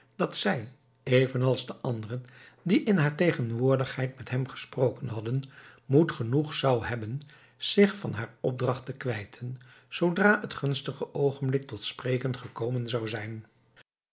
dat zij evenals de anderen die in haar tegenwoordigheid met hem gesproken hadden moed genoeg zou hebben zich van haar opdracht te kwijten zoodra het gunstige oogenblik tot spreken gekomen zou zijn